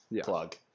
plug